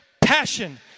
passion